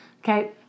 okay